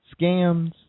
scams